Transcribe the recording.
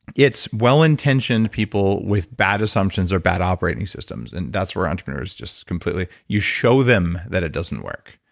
it's well intentioned people with bad assumptions or bad operating systems. and that's where entrepreneurs just completely. you show them that it doesn't work